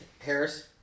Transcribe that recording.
Harris